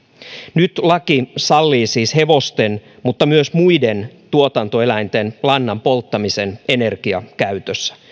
nyt laki sallii siis hevosten mutta myös muiden tuotantoeläinten lannan polttamisen energiakäytössä